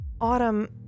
Autumn